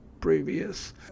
previous